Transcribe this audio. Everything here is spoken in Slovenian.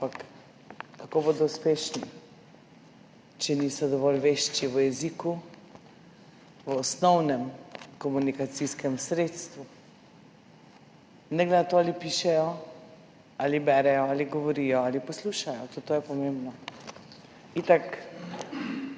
Ampak kako bodo uspešni, če niso dovolj vešči v jeziku, v osnovnem komunikacijskem sredstvu? Ne glede na to, ali pišejo ali berejo ali govorijo ali poslušajo, tudi to je pomembno.